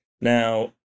now